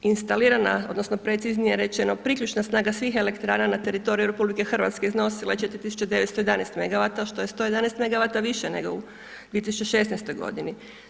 Instalirana odnosno preciznije rečeno priključna snaga svih elektrana na teritoriju RH iznosila je 4911 megavata što je 111 megavata više nego u 2016. godini.